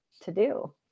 to-do